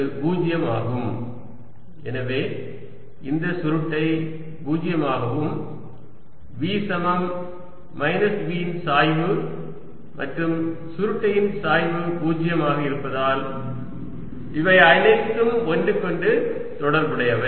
x∂xy∂yz∂z×x∂V∂xy∂V∂yz∂V∂z z componentz2V∂x∂y 2V∂x∂y0 எனவே இந்த சுருட்டை 0 ஆகவும் V சமம் மைனஸ் V இன் சாய்வு மற்றும் சுருட்டையின் சாய்வு 0 ஆக இருப்பதால் அவை அனைத்தும் ஒன்றுக்கொன்று தொடர்புடையவை